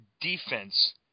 defense